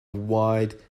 wide